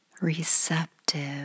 Receptive